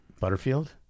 Butterfield